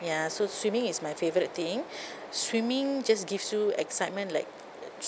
ya so swimming is my favourite thing swimming just gives you excitement like